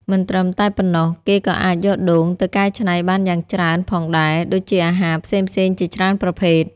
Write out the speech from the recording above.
មិនត្រឹមតែប៉ុណ្ណោះ គេក៏អាចយកដូងទៅកែច្នៃបានច្រើនយ៉ាងផងដែរ ដូចជាអាហារផ្សេងៗជាច្រើនប្រភេទ។